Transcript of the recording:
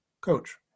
coach